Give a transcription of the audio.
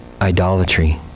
idolatry